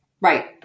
Right